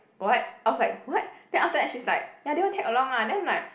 what I was like what then after that she's like ya they want tag along lah then I'm like